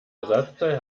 ersatzteil